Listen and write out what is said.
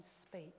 speak